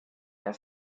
der